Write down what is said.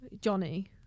Johnny